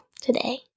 today